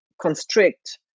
constrict